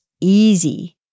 easy